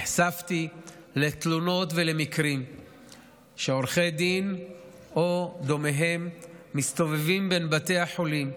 נחשפתי לתלונות ולמקרים שעורכי דין או דומיהם מסתובבים בין בתי החולים,